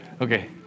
Okay